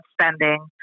spending